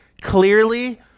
clearly